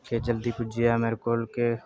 एह् जल्दी पुज्जी जा मेरे कोल के